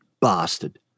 bastard